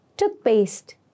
Toothpaste